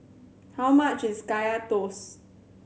how much is Kaya Toast